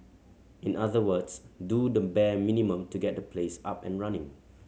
in other words do the bare minimum to get the place up and running